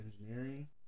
engineering